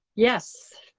yes.